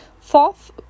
fourth